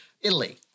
Italy